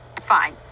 fine